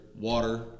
water